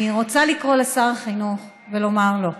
אני רוצה לקרוא לשר החינוך ולומר לו: